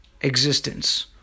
existence